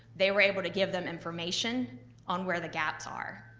they were able to give them information on where the gaps are,